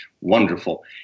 wonderful